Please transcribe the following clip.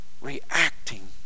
reacting